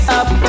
up